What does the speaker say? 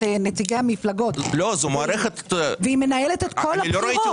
נציגי המפלגות והיא מנהלת את כל הבחירות.